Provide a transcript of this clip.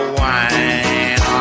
wine